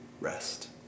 rest